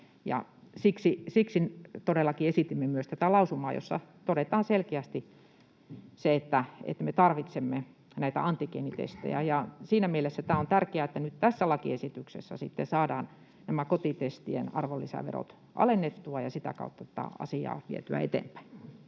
Siksi todellakin esitimme myös tätä lausumaa, jossa todetaan selkeästi se, että me tarvitsemme näitä antigeenitestejä. Siinä mielessä tämä on tärkeää, että nyt tässä lakiesityksessä sitten saadaan nämä kotitestien arvonlisäverot alennettua ja sitä kautta tätä asiaa vietyä eteenpäin.